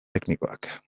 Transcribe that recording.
teknikoak